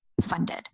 funded